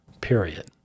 period